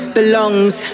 belongs